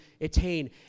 attain